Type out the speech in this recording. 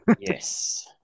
Yes